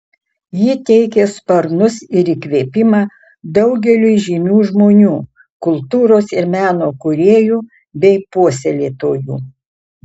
ji teikė sparnus ir įkvėpimą daugeliui žymių žmonių kultūros ir meno kūrėjų bei puoselėtojų